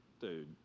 Dude